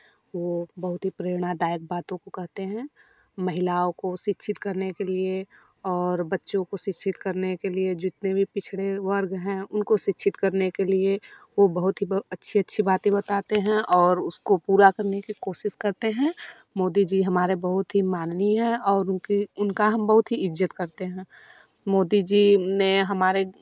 वह बहुत ही प्रेरणादायक बातों को कहते हैं महिलाओं को शिक्षित करने के लिए और बच्चों को शिक्षित करने के लिए जितने भी पिछड़े वर्ग हैं उनको शिक्षित करने के लिए वह बहुत ही अच्छी अच्छी बातें बताते हैं और उसको पूरा करने की कोशिश करते हैं मोदी जी हमारे बहुत ही माननीय हैं और उनके उनका हम बहुत ही इज़्ज़त करते हैं मोदी जी ने हमारे